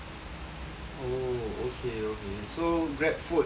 oh okay so GrabFood